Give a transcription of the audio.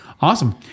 Awesome